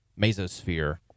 Mesosphere